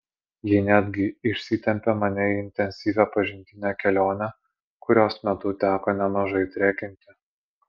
ji netgi išsitempė mane į intensyvią pažintinę kelionę kurios metu teko nemažai trekinti